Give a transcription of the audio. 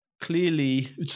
Clearly